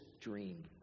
dream